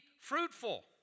fruitful